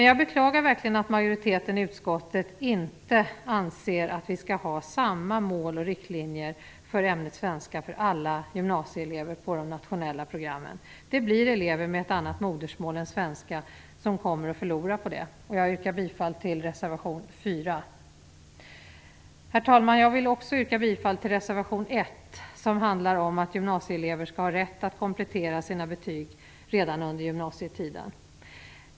Jag beklagar verkligen att majoriteten i utskotten inte anser att vi skall ha samma mål och riktlinjer för ämnet svenska för alla gymnasieelever på de nationella programmen. Det blir elever med ett annat modersmål än svenska som kommer att förlora på det. Jag yrkar bifall till reservation 4. Herr talman! Jag vill också yrka bifall till reservation 1 som handlar om att gymnasieelever skall ha rätt att komplettera sina betyg redan under gymnasietiden.